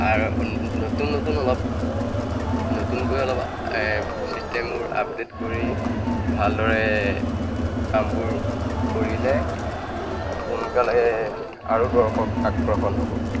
আৰু নতুন নতুন অলপ নতুনকৈ অলপ ছিষ্টেমবোৰ আপডে'ট কৰি ভালদৰে কামবোৰ কৰিলে সোনকালে আৰু দৰ্শক আকৰ্ষণ হ'ব